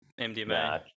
mdma